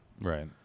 Right